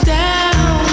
down